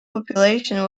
population